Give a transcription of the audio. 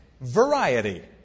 variety